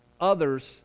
others